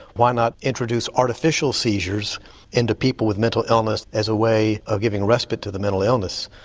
why not introduce artificial seizures into people with mental illness as a way of giving respite to the mental illness.